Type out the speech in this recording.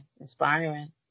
inspiring